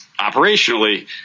operationally